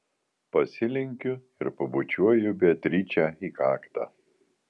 pasilenkiu ir pabučiuoju beatričę į kaktą